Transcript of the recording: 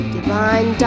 Divine